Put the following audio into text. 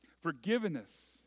Forgiveness